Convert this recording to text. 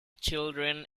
children